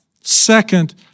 second